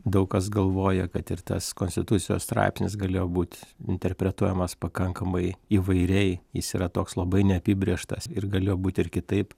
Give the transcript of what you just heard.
daug kas galvoja kad ir tas konstitucijos straipsnis galėjo būt interpretuojamas pakankamai įvairiai jis yra toks labai neapibrėžtas ir galėjo būt ir kitaip